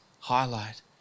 Highlight